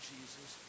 Jesus